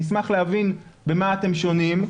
אני אשמח להבין במה אתם שונים,